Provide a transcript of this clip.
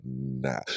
nah